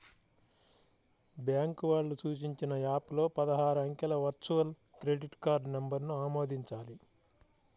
bank వాళ్ళు సూచించిన app లో పదహారు అంకెల వర్చువల్ క్రెడిట్ కార్డ్ నంబర్ను ఆమోదించాలి